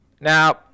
Now